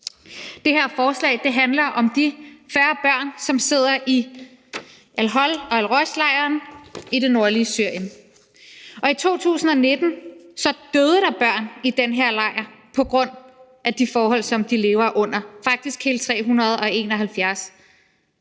Det her forslag handler om de 40 børn, som sidder i al-Hol-lejren og al-Roj-lejren i det nordlige Syrien. I 2019 døde der børn i de her lejre på grund af de forhold, som de lever under, faktisk hele 371.